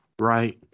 right